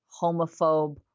homophobe